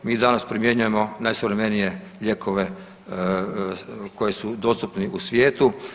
Mi danas primjenjujemo najsuvremenije lijekove koji su dostupni u svijetu.